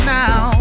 now